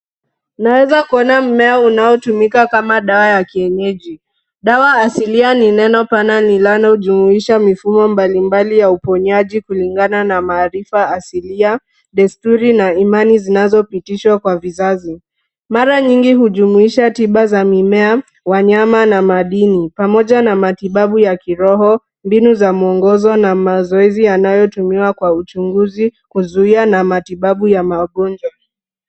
Naweza kuona mmea unaotumika kama dawa ya kienyeji. Dawa asilia ni neno pana linalo jumuisha mifumo mbalimbali ya uponyaji kulingana na maarifa asilia, desturi na imani zinazopitishwa kwa vizazi. Mara nyingi hujumuisha tiba za mimea, wanyama na madini pamoja na matibabu ya kiroho, mbinu za mwongozo na mazoezi yanayotumiwa kwa uchunguzi, kuzuia na matibabu ya magonjwa.